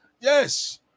Yes